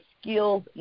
skills